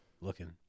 looking